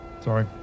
Sorry